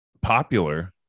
popular